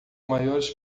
maiores